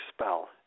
spell